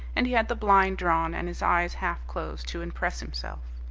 and he had the blind drawn and his eyes half-closed to impress himself.